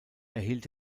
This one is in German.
erhielt